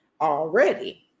already